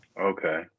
Okay